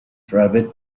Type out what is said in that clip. private